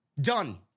Done